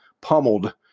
pummeled